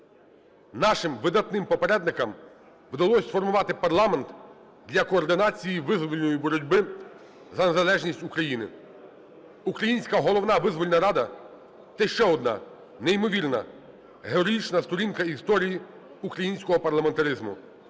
нашим видатним попередникам вдалось сформувати парламент для координації визвольної боротьби за незалежність України. Українська Головна Визвольна Рада – це ще одна неймовірна героїчна сторінка історії українського парламентаризму.